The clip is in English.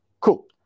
Cool